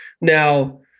Now